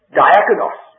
diakonos